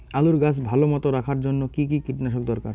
আলুর গাছ ভালো মতো রাখার জন্য কী কী কীটনাশক দরকার?